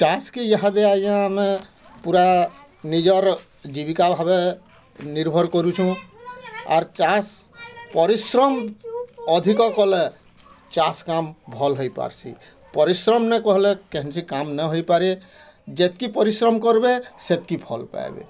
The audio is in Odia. ଚାଷ୍ କେ ୟାହାଦେ ଆଜ୍ଞା ଆମେ ପୁରା ନିଜର୍ ଜୀବିକା ଭାବେ ନିର୍ଭର କରୁଛୁଁ ଆର୍ ଚାଷ ପରିଶ୍ରମ୍ ଅଧିକ କଲେ ଚାଷ କାମ୍ ଭଲ୍ ହେଇପାରସି୍ ପରିଶ୍ରମ୍ ନେଇଁ କହିଲେ କେଇସିଁ କାମ୍ ନେହିଁ ହେଇପାରେ ଯେତିକି ପରିଶ୍ରମ୍ କରବେ ସେତକି ଫଲ୍ ପାଇବେ